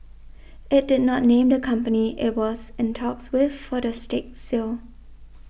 it did not name the company it was in talks with for the stake sale